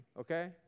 okay